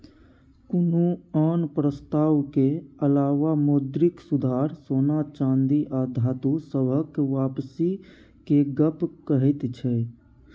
कुनु आन प्रस्ताव के अलावा मौद्रिक सुधार सोना चांदी आ धातु सबहक वापसी के गप कहैत छै